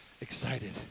excited